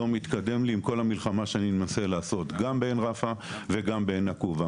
לא מתקדם לי עם כל המלחמה שאני מנסה לעשות גם בעין רפא וגם בעין נקובא.